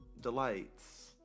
delights